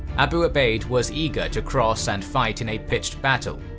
abu ubayd was eager to cross and fight in a pitched battle,